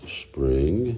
spring